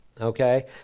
Okay